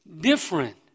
different